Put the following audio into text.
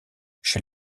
chez